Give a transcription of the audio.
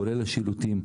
כולל השילוטים,